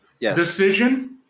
decision